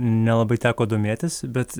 nelabai teko domėtis bet